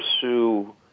pursue